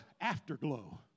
afterglow